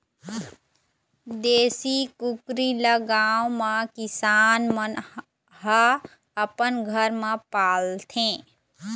देशी कुकरी ल गाँव म किसान मन ह अपन घर म पालथे